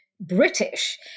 British